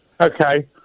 Okay